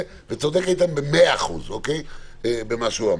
צודק איתן במאה אחוזים במה שהוא אמר.